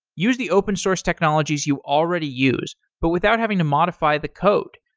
use the open source technologies you already use, but without having to modify the code,